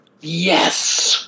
yes